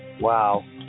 Wow